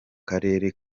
karere